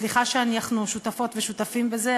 סליחה שאנחנו שותפות ושותפים בזה,